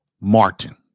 Martin